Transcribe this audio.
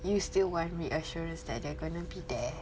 you still want reassurance that they're gonna be there